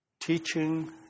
teaching